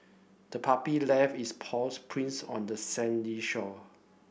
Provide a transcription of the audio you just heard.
the puppy left its paws prints on the sandy shore